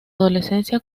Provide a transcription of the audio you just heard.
adolescencia